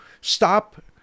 stop